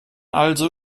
also